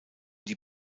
die